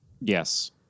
Yes